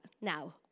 Now